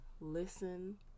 listen